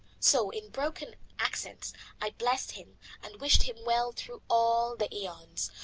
so in broken accents i blessed him and wished him well through all the aeons,